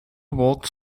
walked